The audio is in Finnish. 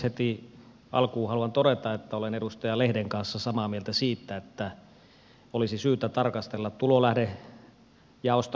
heti alkuun haluan todeta että olen edustaja lehden kanssa samaa mieltä siitä että olisi syytä tarkastella tulolähdejaosta luopumista kokonaan